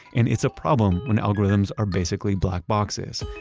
and it's a problem when algorithms are basically black boxes.